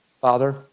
Father